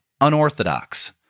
unorthodox